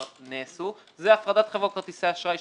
נעשו זה הפרדת חברות כרטיסי האשראי,